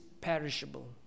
perishable